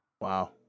Wow